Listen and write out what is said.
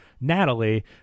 natalie